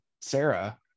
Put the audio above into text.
Sarah